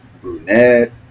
brunette